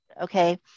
okay